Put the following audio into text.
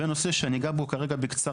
והנושא שאני אגע בו בקצרה,